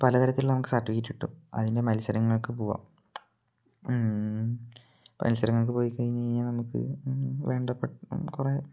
പലതരത്തിലുള്ള നമുക്ക് സർട്ടിഫിക്കറ്റ് കിട്ടും അതിൻ്റെ മത്സരങ്ങൾക്ക് പോവാം മത്സരങ്ങൾക്ക് പോയിക്കഴിഞ്ഞു കഴിഞ്ഞാൽ നമുക്ക് വേണ്ടപ്പെട്ട കുറേ